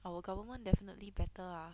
our government definitely better ah